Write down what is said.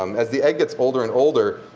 um as the egg gets older and older,